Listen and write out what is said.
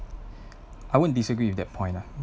I won't disagree with that point lah